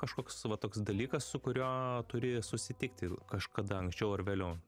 kažkoks va toks dalykas su kurio turi susitikti kažkada anksčiau ar vėliau